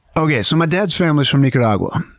okay, so my dad's family is from nicaragua.